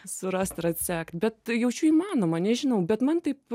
surast ir atsekt bet jaučiu įmanoma nežinau bet man taip